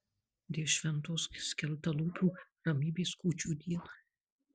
dėl šventos skeltalūpių ramybės kūčių dieną